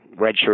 redshirt